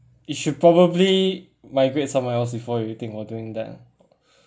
you should probably migrate somewhere else before you think of doing that ah